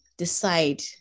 decide